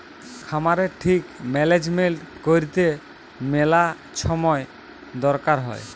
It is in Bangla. খামারের ঠিক ম্যালেজমেল্ট ক্যইরতে ম্যালা ছময় দরকার হ্যয়